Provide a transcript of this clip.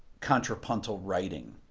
contrapuntal writing